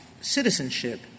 citizenship